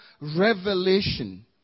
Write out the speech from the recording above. revelation